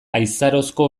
aizarozko